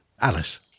alice